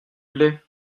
plait